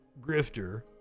Grifter